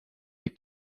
les